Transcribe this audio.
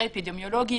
ביטול מצב החירום,